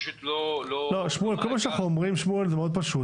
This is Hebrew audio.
אנחנו אומרים דבר פשוט.